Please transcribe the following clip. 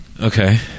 Okay